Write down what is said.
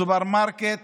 סופרמרקט